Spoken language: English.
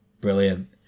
Brilliant